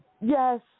yes